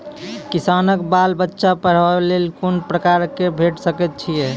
किसानक बाल बच्चाक पढ़वाक लेल कून प्रकारक कर्ज भेट सकैत अछि?